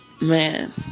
man